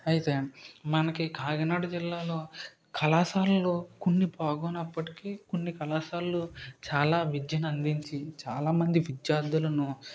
అయితే మనకి కాకినాడ జిల్లాలో కళాశాలలు కొన్ని బాలేనప్పటికీ కొన్ని కళాశాలలు చాలా విద్యను అందించి చాలా మంది విద్యార్థులను